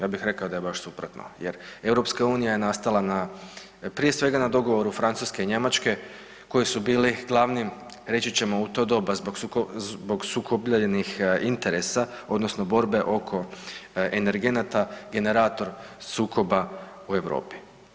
Ja bih rekao da je baš suprotno jer EU je nastala prije svega na dogovoru Francuske i Njemačke koje su bili glavni, reći ćemo u to doba zbog sukobljenih interesa odnosno borbe oko energenata generator sukoba u Europi.